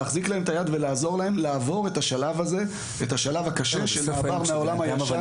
להחזיק להם את היד ולעזור להם לעבור את השלב הקשה של מעבר מהעולם הישן